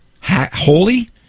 holy